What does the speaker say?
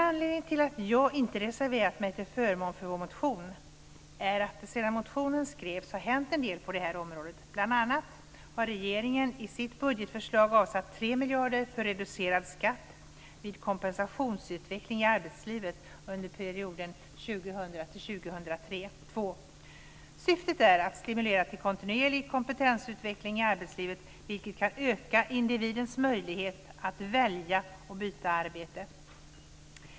Anledningen till att jag inte reserverat mig till förmån för vår motion är att det sedan motionen skrevs har hänt en del på det här området. Bl.a. har regeringen i sitt budgetförslag avsatt 3 miljarder för reducerad skatt vid kompetensutveckling i arbetslivet under perioden 2000 2002. Syftet är att stimulera till kontinuerlig kompetensutveckling i arbetslivet, vilket kan öka individens möjligheter att välja och byta arbete.